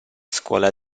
scuola